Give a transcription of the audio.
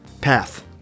path